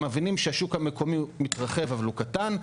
הם מבינים שהשוק המקומי מתרחב אבל הוא קטן.